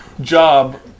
job